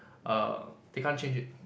err they can't change it